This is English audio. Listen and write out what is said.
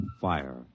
fire